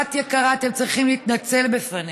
שבת יקרה, אתם צריכים להתנצל בפניה.